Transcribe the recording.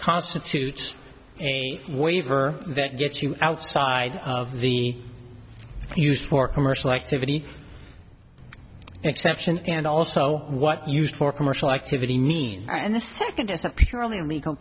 constitutes a waiver that gets you outside of the used for commercial activity exception and also what used for commercial activity mean and the second